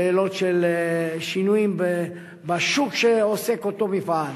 שאלות של שינויים בשוק שבו עוסק אותו מפעל.